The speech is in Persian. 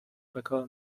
بکار